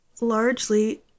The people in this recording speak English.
largely